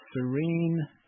Serene